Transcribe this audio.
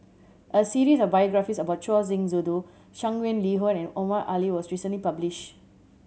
a series of biographies about Choor Singh Sidhu Shangguan Liuyun and Omar Ali was recently published